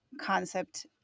concept